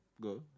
Go